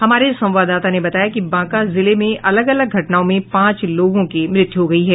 हमारे संवाददाता ने बताया कि बांका जिले में अलग अलग घटनाओं में पांच लोगों की मृत्यू हो गयी है